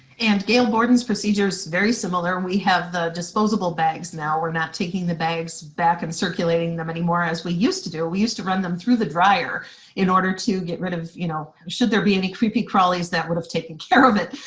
and gail borden's procedure's very similar. we have the disposable bags, now, we're not taking the bags back and circulating them anymore as we used to do. we used to run them through the dryer in order to get rid of, you know, should there be any creepy-crawlies, that would've taken care of it.